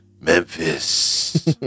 Memphis